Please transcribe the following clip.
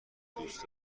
دوست